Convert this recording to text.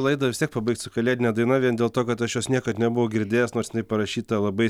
laidą vis tiek pabaigt su kalėdine daina vien dėl to kad aš jos niekad nebuvau girdėjęs nors parašyta labai